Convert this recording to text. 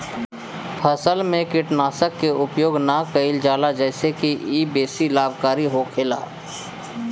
फसल में कीटनाशक के उपयोग ना कईल जाला जेसे की इ बेसी लाभकारी होखेला